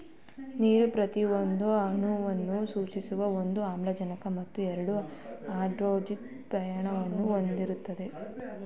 ನೀರು ಪ್ರತಿಯೊಂದು ಅಣುವನ್ನು ಸೂಚಿಸ್ತದೆ ಒಂದು ಆಮ್ಲಜನಕ ಮತ್ತು ಎರಡು ಹೈಡ್ರೋಜನ್ ಪರಮಾಣುಗಳನ್ನು ಹೊಂದಿರ್ತದೆ